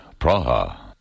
Praha